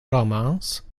romans